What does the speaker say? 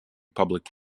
public